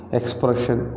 expression